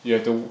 you have to